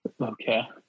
Okay